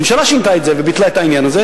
הממשלה שינתה את זה וביטלה את העניין הזה,